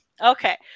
Okay